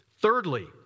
Thirdly